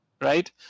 Right